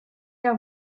jahr